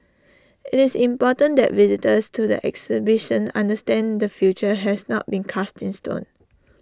IT is important that visitors to the exhibition understand the future has not been cast in stone